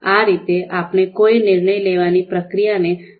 આ રીતે આપણે કોઈ નિર્ણય લેવાની પ્રક્રિયાને વ્યાખ્યાયિત કરી શકીએ છીએ